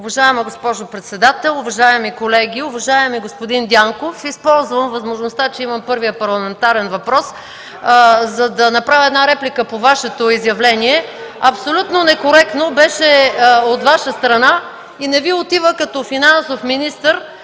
Уважаема госпожо председател, уважаеми колеги! Уважаеми господин Дянков, ще използвам възможността, че имам първия си парламентарен въпрос, за да направя реплика по Вашето изявление. Абсолютно некоректно беше от Ваша страна (силен шум и реплики